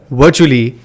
virtually